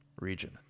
region